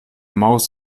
maus